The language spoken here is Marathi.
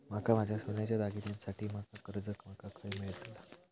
माका माझ्या सोन्याच्या दागिन्यांसाठी माका कर्जा माका खय मेळतल?